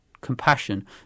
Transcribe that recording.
compassion